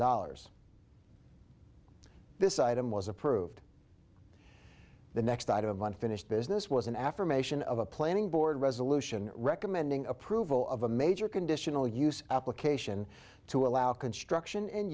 dollars this item was approved the next item on finish business was an affirmation of a planning board resolution recommending approval of a major conditional use application to allow construction and